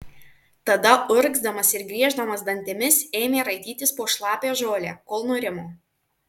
tada urgzdamas ir grieždamas dantimis ėmė raitytis po šlapią žolę kol nurimo